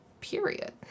period